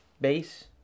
base